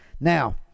now